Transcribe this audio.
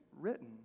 written